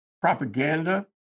propaganda